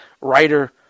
writer